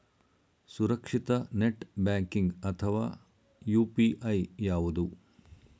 ಸುರಕ್ಷಿತ net banking ಅಥವಾ UPI ಯಾವುದು?